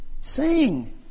sing